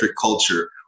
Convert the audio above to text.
culture